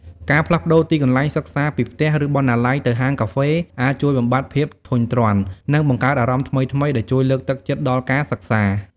ការផ្លាស់ប្ដូរទីកន្លែងសិក្សាពីផ្ទះ ឬបណ្ណាល័យទៅហាងកាហ្វេអាចជួយបំបាត់ភាពធុញទ្រាន់ និងបង្កើតអារម្មណ៍ថ្មីៗដែលជួយលើកទឹកចិត្តដល់ការសិក្សា។